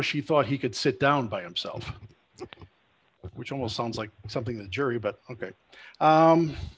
she thought he could sit down by himself which almost sounds like something that jury but ok